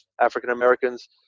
African-Americans